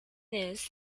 news